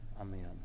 Amen